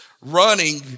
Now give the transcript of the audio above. running